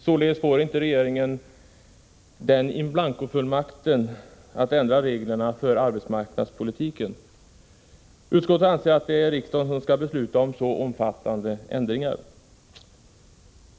Således får inte regeringen den begärda in blanko-fullmakten att ändra reglerna för arbetsmarknadspolitiken. Utskottet anser att det är riksdagen som skall besluta om så omfattande ändringar.